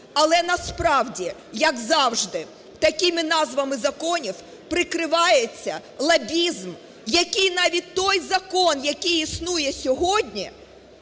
але насправді як зажди, такими назвами законів прикривається лобізм, який навіть той закон, який існує сьогодні